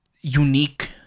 unique